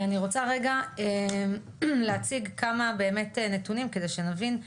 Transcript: אני רוצה רגע להציג כמה באמת נתונים, כדי שנבין.